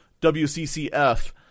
WCCF